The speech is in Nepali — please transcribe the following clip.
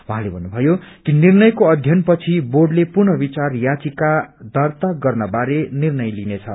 उहाँले भन्नुभयो कि निर्णयको अध्ययन पनि बोर्डले पुनः विचार याचिका दर्त्ता गर्न बारे निर्णय लिनेछ